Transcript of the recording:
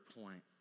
point